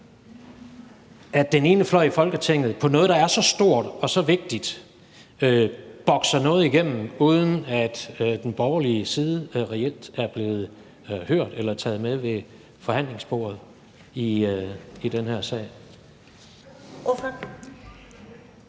at den ene fløj i Folketinget i forbindelse med noget, der er så stort og så vigtigt, bokser noget igennem, uden at den borgerlige side reelt er blevet hørt eller taget med ved forhandlingsbordet i den her sag?